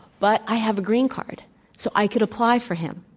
but i have a green card so i can apply for him,